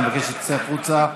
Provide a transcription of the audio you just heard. אני מבקש שתצא החוצה,